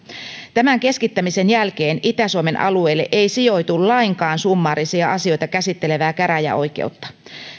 tämän keskittämisen jälkeen itä suomen alueelle ei sijoitu lainkaan summaarisia asioita käsittelevää käräjäoikeutta